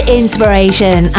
inspiration